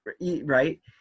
right